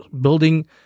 building